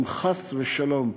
אם חס ושלום,